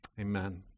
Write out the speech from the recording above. Amen